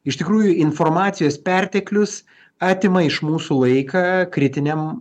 iš tikrųjų informacijos perteklius atima iš mūsų laiką kritiniam